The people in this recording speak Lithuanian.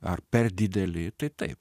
ar per dideli tai taip